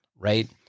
right